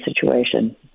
situation